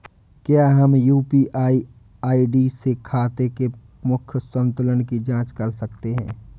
क्या हम UPI ID से खाते के मूख्य संतुलन की जाँच कर सकते हैं?